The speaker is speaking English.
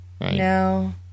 No